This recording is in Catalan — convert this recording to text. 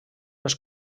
els